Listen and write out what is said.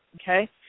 Okay